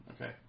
Okay